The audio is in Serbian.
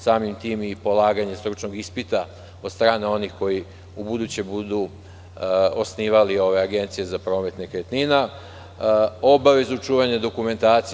Samim tim i polaganje stručnog ispita od strane onih koji ubuduće budu osnivali ove agencije za promet nekretnina, kao i obavezu čuvanja dokumentacije.